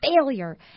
failure